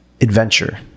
adventure